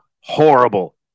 horrible